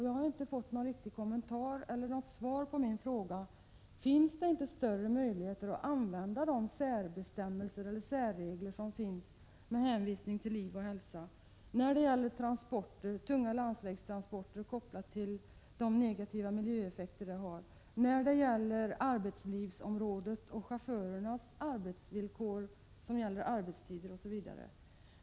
Jag har inte fått någon kommentar eller något svar på min fråga: Har man inte när det gäller transporter, tunga landsvägstransporter, möjlighet att använda de särregler som finns med hänvisning till liv och hälsa och till negativa miljöeffekter? Det gäller ju chaufförernas arbetsvillkor, arbetstid osv.